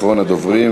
אחרון הדוברים,